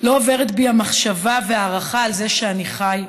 לא עוברת בי המחשבה וההערכה על זה שאני חי,